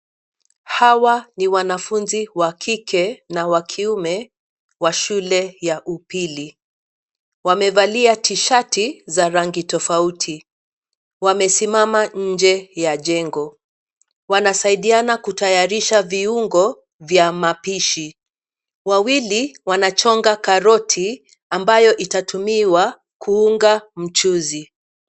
Hawa na wanafunzi wa kike, na wa kiume wa shule ya upili. Wamevalia t-shati za rangi tofauti. Wamesimama inje ya jengo. Wanasaidiana kutayarisha viungo vya mapishi. Wawili, wanachonga karoti ambayo itatumiwa kuunga mchuzi.